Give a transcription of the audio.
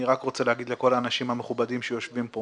אני רוצה להגיד לכל האנשים המכובדים שיושבים פה